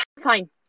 Fine